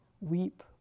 weep